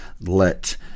let